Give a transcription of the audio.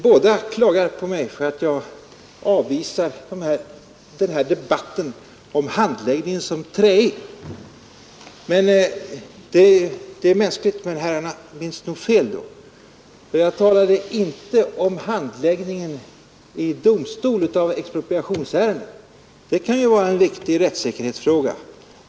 Båda kritiserade mig för att jag ansåg debatten om handläggningen vara träig. Men där minns nog herrarna fel — och det är ju mänskligt. Jag talade inte om handläggningen av expropriationsärenden vid domstol. Det kan ju vara en viktig rättssäkerhetsfråga.